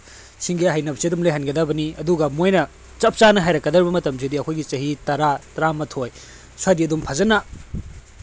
ꯁꯤꯡꯒꯤ ꯍꯩꯅꯕꯤꯁꯦ ꯑꯗꯨꯝ ꯂꯩꯍꯟꯒꯗꯕꯅꯤ ꯑꯗꯨꯒ ꯃꯣꯏꯅ ꯆꯞ ꯆꯥꯅ ꯍꯩꯔꯛꯀꯗꯕ ꯃꯇꯝꯁꯤꯗꯤ ꯑꯩꯈꯣꯏꯒꯤ ꯆꯍꯤ ꯇꯔꯥ ꯇꯔꯥꯃꯥꯊꯣꯏ ꯁ꯭ꯋꯥꯏꯗꯒꯤ ꯑꯗꯨꯝ ꯐꯖꯅ